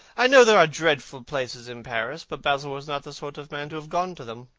i know there are dreadful places in paris, but basil was not the sort of man to have gone to them.